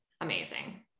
amazing